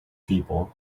people